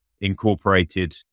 incorporated